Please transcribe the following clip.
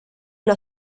una